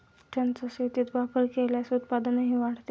त्यांचा शेतीत वापर केल्यास उत्पादनही वाढते